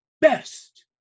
best